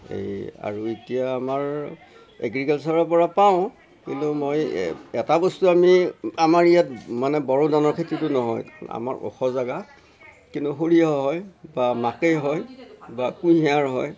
এই আৰু এতিয়া আমাৰ এগ্ৰিকালচাৰৰ পৰা পাওঁ কিন্তু মই এটা বস্তু আমি আমাৰ ইয়াত মানে বড়ো ধানৰ খেতিতো নহয় আমাৰ ওখ জাগা কিন্তু সৰিয়হ হয় বা মাকেই হয় বা কুঁহিয়াৰ হয়